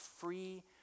free